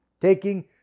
taking